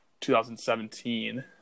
2017